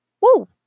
Woo